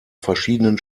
verschiedenen